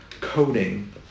coding